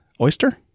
oyster